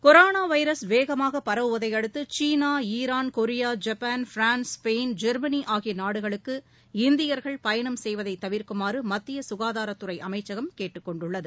coronavirus வேகமாக பரவுவதையடுத்து China Iran Korea Japan France Spain Germany ஆகியநாடுகளுக்கு இந்தியர்கள் பயணம் செய்வதைதவிர்க்குமாறு மத்தியசுகாதாரத் துறைஅமைச்சகம் கேட்டுக்கொண்டுள்ளது